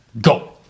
Go